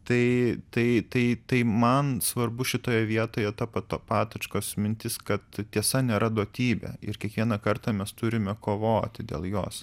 tai tai tai tai man svarbu šitoje vietoje ta ta patočkos mintis kad tiesa nėra duotybė ir kiekvieną kartą mes turime kovoti dėl jos